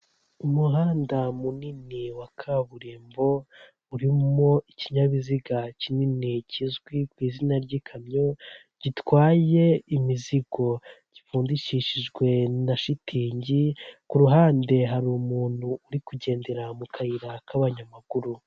Umuhanda munini wa kaburimbo uriko ikinyabiziga kinini kizwi ku izina ry'ikamyo, gitwaye imizigo gipfundikishijwe na shitingi ku ruhande, hari umuntu uri kugendera mu kayira k'abanyamaguru.